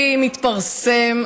ממשלתי שמתפרסם,